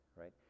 right